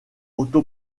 auto